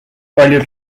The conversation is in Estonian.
paljud